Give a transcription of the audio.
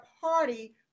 party